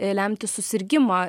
lemti susirgimą